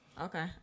Okay